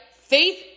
Faith